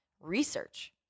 research